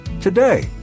today